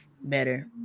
better